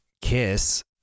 Kiss